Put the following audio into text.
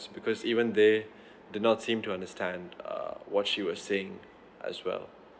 it's because even they did not seem to understand uh what she was saying as well